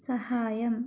സഹായം